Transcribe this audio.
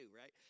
right